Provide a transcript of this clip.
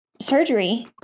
surgery